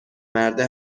مرده